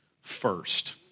first